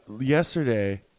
yesterday